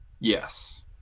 Yes